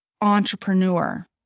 entrepreneur